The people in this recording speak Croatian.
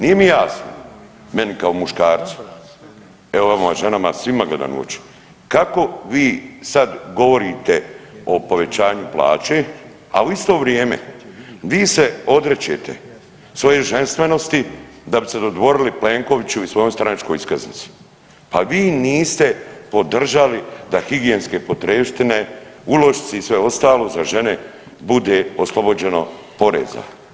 Nije mi jasno meni kao muškarcu, evo vama ženama svima gledam u oči kako vi sad govorite o povećanju plaće, a u isto vrijeme vi se odričete svoje ženstvenosti da biste se dodvorili Plenkoviću i svojoj stranačkoj iskaznici, pa vi niste podržali da higijenske potrepštine, ulošci i sve ostalo za žene bude oslobođeno poreza.